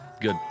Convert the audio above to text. Good